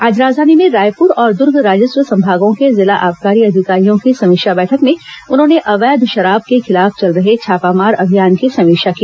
आज राजधानी में रायपुर और दुर्ग राजस्व संभागों के जिला आबकारी अधिकारियों की समीक्षा बैठक में उन्होंने अवैध शराब के खिलाफ चल रहे छापामार अभियान की समीक्षा की